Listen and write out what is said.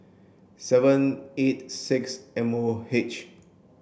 seven eight six M O H